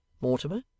Mortimer